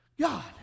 God